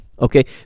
okay